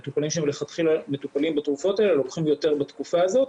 מטופלים שמלכתחילה מטופלים בתרופות האלה לוקחים יותר בתקופה הזאת,